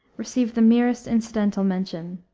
receive the merest incidental mention,